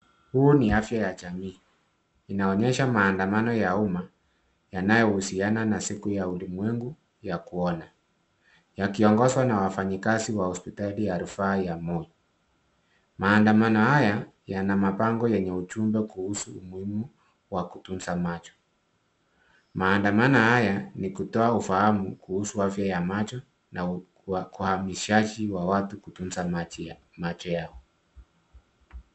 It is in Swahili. Hii ni afya ya jamii inaonyesha maandamano ya uma yanayohusiana na siku ya ulimwengu ya kuona, yakiongozwa na wafanyikazi wa hospitali ya rufaa ya Moi . Maandamano haya yana mabango yenye ujumbe kuhusu umuhimu wa kutunza macho. Maandamano haya ni ya kutoa ufahamu kuhusu afya ya macho na uhamasishaji wa watu kutunza macho yao.